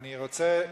אני רוצה,